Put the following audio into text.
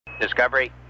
Discovery